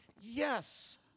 yes